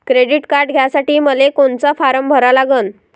Credit card घ्यासाठी मले कोनचा फारम भरा लागन?